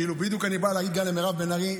בדיוק אני בא להגיד גם על מירב בן ארי.